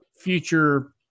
future